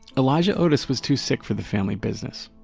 elijah otis was too sick for the family business.